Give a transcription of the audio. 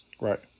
Right